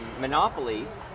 monopolies